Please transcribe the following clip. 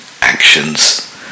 actions